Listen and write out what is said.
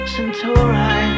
Centauri